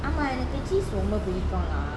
என்னக்கு:ennaku cheese ரொம்ப பிடிக்கும்:romba pidikum lah